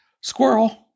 Squirrel